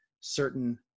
certain